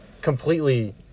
completely